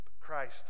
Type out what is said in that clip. Christ